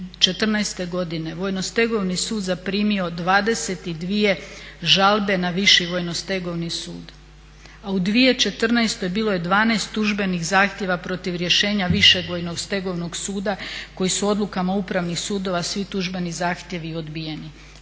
2014. godine Vojnostegovni sud zaprimio 22 žalbe na viši Vojnostegovni sud, a u 2014. bilo je 12 tužbenih zahtjeva protiv rješenja višeg Vojnostegovnog suda koji su odlukama upravnih sudova svi tužbeni zahtjevi odbijeni.